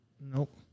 Nope